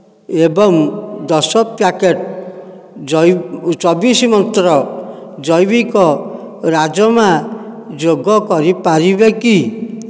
ଏବଂ ଦଶ ପ୍ୟାକେଟ୍ ଚବିଶ ମନ୍ତ୍ର ଜୈବିକ ରାଜ୍ମା ଯୋଗ କରିପାରିବେ କି